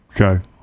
Okay